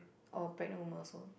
or pregnant woman also